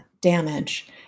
damage